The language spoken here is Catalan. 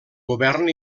govern